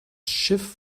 schiff